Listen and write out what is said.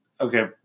okay